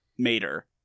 Mater